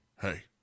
hey